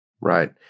Right